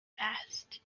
fast